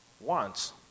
wants